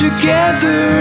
Together